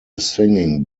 singing